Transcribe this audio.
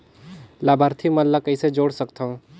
लाभार्थी मन ल कइसे जोड़ सकथव?